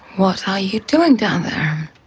what how you doing down there?